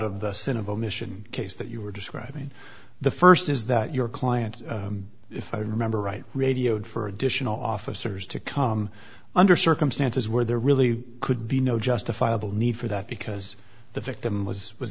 of the sin of omission case that you were describing the first is that your client if i remember right radioed for additional officers to come under circumstances where there really could be no justifiable need for that because the victim was